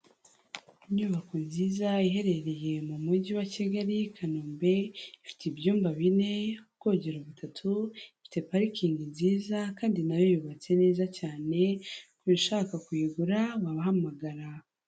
Inyubako nziza iherereye mu mujyi wa kigali, kanombe ifite ibyumba bine ubwogero butatu, ifite parikingi nziza kandi nayo yubatse neza cyane, ushaka kuyigura wahamagara.